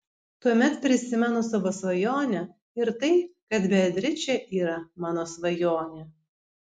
tuomet prisimenu savo svajonę ir tai kad beatričė yra mano svajonė